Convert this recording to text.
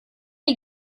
die